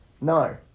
No